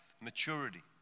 maturity